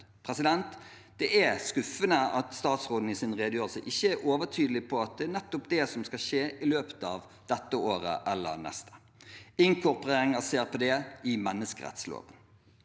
har utnevnt. Det er skuffende at statsråden i sin redegjørelse ikke er overtydelig på at det er nettopp det som skal skje i løpet av dette året eller det neste: inkorporering av CRPD i menneskerettsloven.